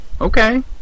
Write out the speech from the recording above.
okay